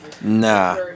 Nah